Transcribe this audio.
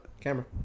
camera